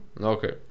okay